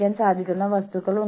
ഒരു തുറന്ന വാതിൽ നയമുണ്ട്